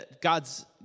God's